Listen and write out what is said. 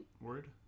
Word